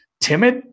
timid